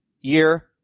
year